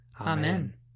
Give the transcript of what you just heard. Amen